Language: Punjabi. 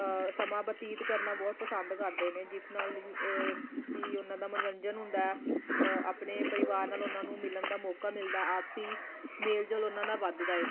ਸਮਾਂ ਬਤੀਤ ਕਰਨਾ ਬਹੁਤ ਪਸੰਦ ਕਰਦੇ ਨੇ ਜਿਸ ਨਾਲ ਕਿ ਉਹਨਾਂ ਦਾ ਮਨੋਰੰਜਨ ਹੁੰਦਾ ਆਪਣੇ ਪਰਿਵਾਰ ਨਾਲ ਉਹਨਾਂ ਨੂੰ ਮਿਲਣ ਦਾ ਮੌਕਾ ਮਿਲਦਾ ਆਪਸੀ ਮੇਲ ਜੋਲ ਉਹਨਾਂ ਦਾ ਵੱਧਦਾ ਹੈ